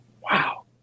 Wow